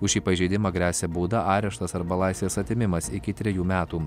už šį pažeidimą gresia bauda areštas arba laisvės atėmimas iki trejų metų